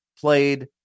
played